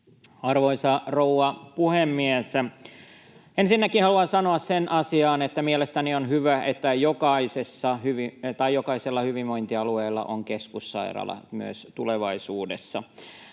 Arvoisa rouva puhemies! Ensinnäkin haluan sanoa sen asian, että mielestäni on hyvä, että jokaisella hyvinvointialueella on keskussairaala myös tulevaisuudessa.